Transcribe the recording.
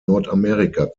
nordamerika